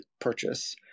purchase